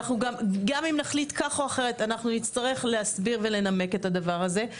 גם אם נחליט כך או אחרת אנחנו נצטרך להסביר ולנמק את הדבר הזה.